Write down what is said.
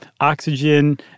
oxygen